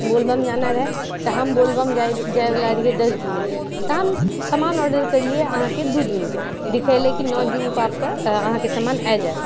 बोलबम जाना रहै तऽ हम बोलबम जाय जाय बला रहियै दस जून के तऽ हम समान ऑर्डर करलियै अहाँके दू जून के देखेलै कि नओ जूनके आपका अहाँकेँ समान आबि जाएत